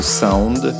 sound